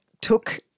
took